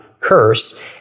Curse